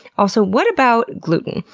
also what about gluten?